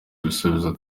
ibisubizo